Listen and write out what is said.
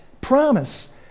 promise